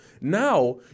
Now